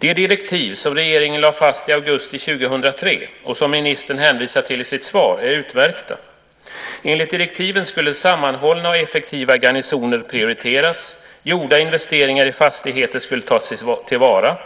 De direktiv som regeringen lade fast i augusti 2003, och som ministern hänvisar till i sitt svar, är utmärkta. Enligt direktiven skulle sammanhållna och effektiva garnisoner prioriteras. Gjorda investeringar i fastigheter skulle tas till vara.